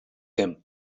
him